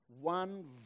one